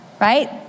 right